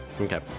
Okay